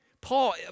Paul